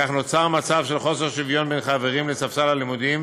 כך נוצר מצב של חוסר שוויון בין חברים לספסל הלימודים